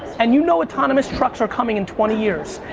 and you know autonomous trucks are coming in twenty years,